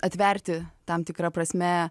atverti tam tikra prasme